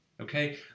okay